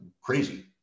crazy